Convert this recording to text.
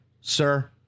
Sir